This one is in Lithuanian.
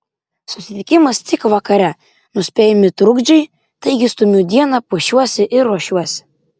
susitikimas tik vakare nuspėjami trukdžiai taigi stumiu dieną puošiuosi ir ruošiuosi